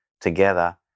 together